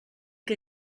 que